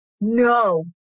No